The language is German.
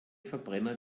verbrenner